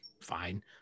Fine